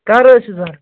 کَر حظ چھِ ضوٚرَتھ